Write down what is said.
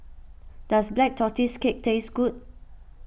does Black Tortoise Cake taste good